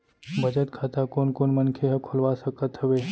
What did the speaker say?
बचत खाता कोन कोन मनखे ह खोलवा सकत हवे?